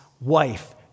wife